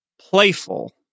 playful